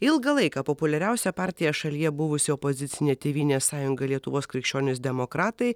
ilgą laiką populiariausia partija šalyje buvusi opozicinė tėvynės sąjunga lietuvos krikščionys demokratai